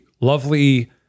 lovely